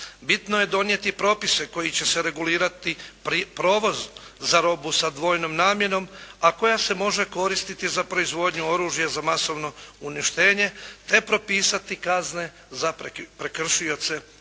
Bitno je donijeti propise kojima će se regulirati provoz za robu sa dvojnom namjenom a koja se može koristiti za proizvodnju oružja za masovno uništenje te propisati kazne za prekršioce